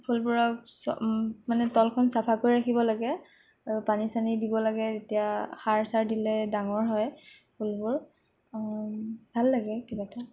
ফুলবোৰক মানে তলখন চাফা কাৰি ৰাখিব লাগে আৰু পানী চানী দিব লাগে তেতিয়া সাৰ চাৰ দিলে ডাঙৰ হয় ফুলবোৰ ভাল লাগে কিবা এটা